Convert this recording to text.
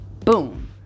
Boom